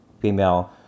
female